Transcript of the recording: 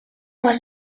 was